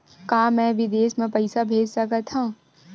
का मैं विदेश म पईसा भेज सकत हव?